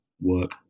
work